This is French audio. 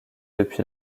depuis